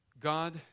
God